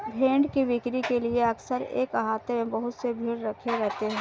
भेंड़ की बिक्री के लिए अक्सर एक आहते में बहुत से भेंड़ रखे रहते हैं